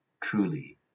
truly